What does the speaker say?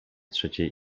trzeciej